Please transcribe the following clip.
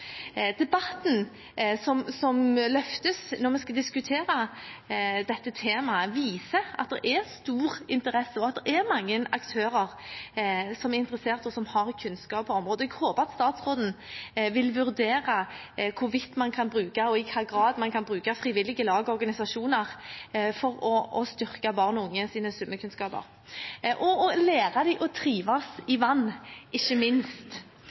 Debatten som løftes når vi skal diskutere dette temaet, viser at det er stor interesse, og at det er mange aktører som er interesserte og som har kunnskap på området. Jeg håper at statsråden vil vurdere hvorvidt og i hvilken grad man kan bruke frivillige lag og organisasjoner for å styrke barn og unges svømmekunnskaper og å lære dem å trives i vann, ikke minst.